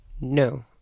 No